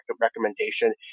recommendation